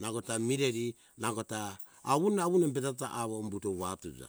nangota mireri nangota awun awun embeteta awo umbuto watuza.